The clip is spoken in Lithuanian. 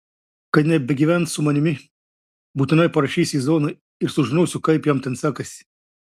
kai nebegyvens su manimi būtinai parašysiu į zoną ir sužinosiu kaip jam ten sekasi